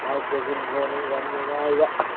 ꯁꯥꯔ ꯖꯨꯒꯤꯟꯗ꯭ꯔꯣꯅ ꯎꯔꯝꯅꯦ ꯃꯥ ꯍꯥꯏꯕ